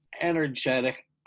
energetic